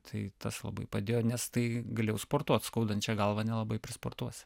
tai labai padėjo nes tai galėjau sportuot skaudančia galva nelabai pasportuos